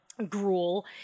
gruel